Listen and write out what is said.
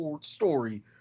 story